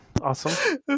Awesome